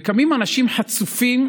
וקמים אנשים חצופים,